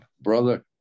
brother